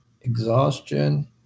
Exhaustion